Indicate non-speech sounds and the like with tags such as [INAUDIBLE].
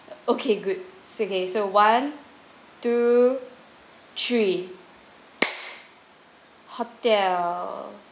okay good so okay so one two three [NOISE] hotel